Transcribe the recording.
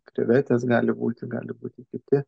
krevetės gali būti gali būti kiti